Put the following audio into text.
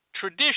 tradition